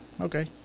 Okay